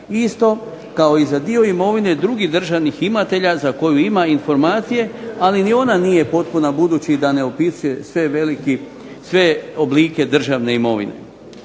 isto kao i za dio imovine drugih državnih imovatelja za koju imaju informacije ali ni ona nije potpuna budući da ne opisuje sve oblike državne imovine.